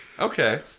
Okay